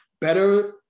Better